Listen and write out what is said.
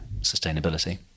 sustainability